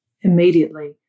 Immediately